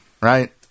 right